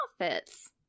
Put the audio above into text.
outfits